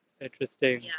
interesting